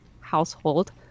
household